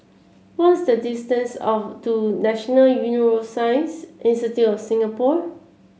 what is the distance of to National Neuroscience Institute of Singapore